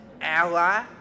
ally